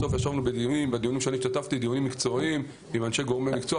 בסוף ישבנו בדיונים מקצועיים עם גורמי מקצוע.